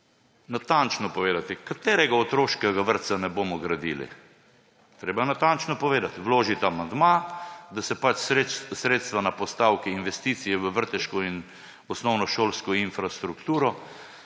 natančno povedati, katerega otroškega vrtca ne bomo gradili. Treba je natančno povedati, vložiti amandma, da se sredstva na postavki investicije v vrtčevsko in osnovnošolsko infrastrukturo